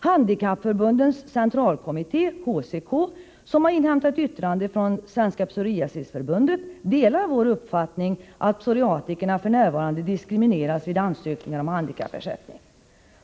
Handikappförbundens centralkommitté, HCK, som inhämtat yttrande från Svenska psoriasisförbundet delar vår uppfattning att psoriatikerna f.n. diskrimineras vid ansökningar om handikappersättning.